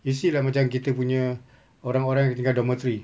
you see like macam kita punya orang orang yang tinggal dormitory